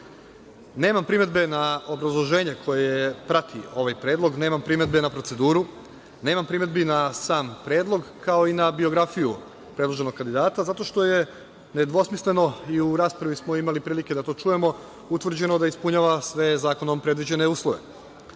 Nemam primedbe na obrazloženje koje prati ovaj predlog. Nemam primedbe na proceduru. Nemam primedbi na sam predlog, kao i na biografiju predloženog kandidata zato što je nedvosmisleno i raspravi smo imali prilike da to čujemo utvrđeno da ispunjava sve zakonom predviđene uslove.